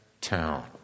town